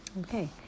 okay